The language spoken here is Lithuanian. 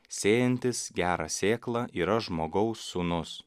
sėjantis gerą sėklą yra žmogaus sūnus